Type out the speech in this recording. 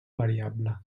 variable